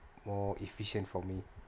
more efficient for me